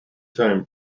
time